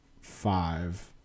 five